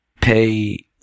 pay